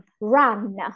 run